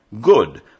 good